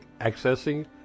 accessing